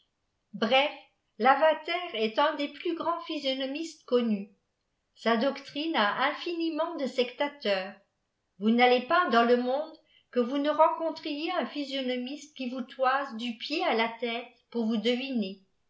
bref lavater est un des plus grands physionomistes connus sa doctrine a infiniment de sectateurs vous n allez pas dans le mondé que youa ue c qnçpntriez un physionomiste qui vous toise du pied à la têle pour vous